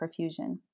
perfusion